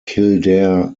kildare